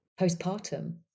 postpartum